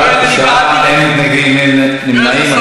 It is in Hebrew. בעד 9, אין מתנגדים, אין נמנעים.